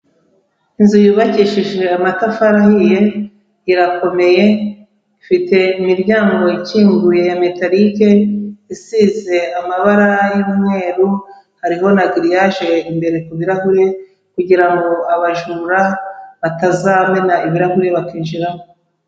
Inzu yubakishijwe amatafari ahiye. Irakomeye, ifite imiryango ikinguye ya metalike, isize amabara y'umweru. Harimo na giriyage imbere ku birahure kugira ngo abajura, batazamena ibirahuri bakinjiramo.